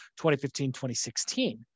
2015-2016